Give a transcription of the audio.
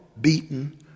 beaten